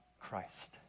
Christ